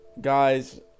Guys